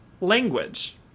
language